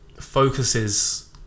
focuses